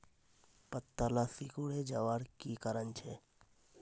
पत्ताला सिकुरे जवार की कारण छे?